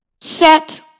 Set